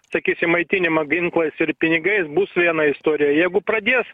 sakysim maitinimą ginklais ir pinigais bus viena istorija jeigu pradės